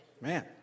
man